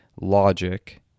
logic